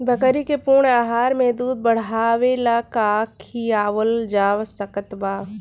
बकरी के पूर्ण आहार में दूध बढ़ावेला का खिआवल जा सकत बा?